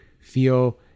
feel